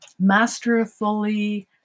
Masterfully